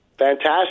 Fantastic